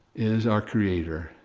is our creator,